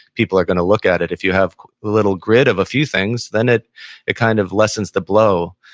people are going to look at it. if you have a little grid of a few things, then it it kind of lessens the blow.